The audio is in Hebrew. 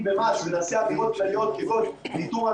אנסה לענות על